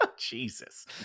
jesus